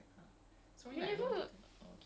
no I'm asking total